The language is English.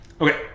Okay